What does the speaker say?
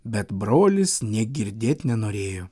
bet brolis nė girdėt nenorėjo